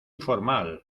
formal